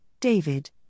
David